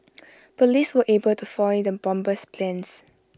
Police were able to foil the bomber's plans